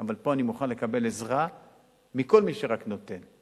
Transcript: אבל פה אני מוכן לקבל עזרה מכל מי שרק נותן,